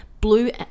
blue